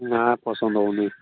ନା ପସନ୍ଦ ହେଉନି